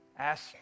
Ask